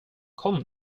kom